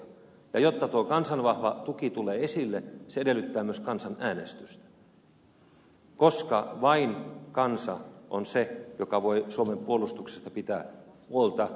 ja jotta tuo kansan vahva tuki tulee esille se edellyttää myös kansanäänestystä koska vain kansa on se joka voi suomen puolustuksesta pitää huolta